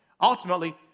Ultimately